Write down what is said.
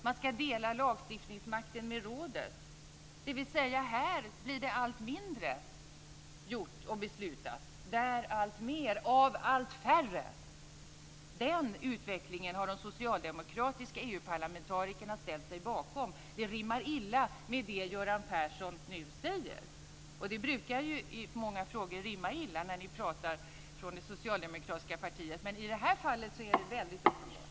Man ska dela lagstiftningsmakten med rådet, dvs. här blir det allt mindre gjort och beslutat, där alltmer av allt färre. Den utvecklingen har de socialdemokratiska EU parlamentarikerna ställt sig bakom. Det rimmar illa med det Göran Persson nu säger. Det brukar i många frågor rimma illa när ni från det socialdemokratiska paritet pratar, men i det här fallet är det väldigt uppenbart.